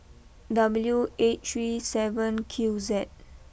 W eight three seven Q Z